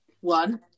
One